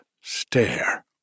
stare